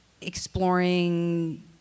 exploring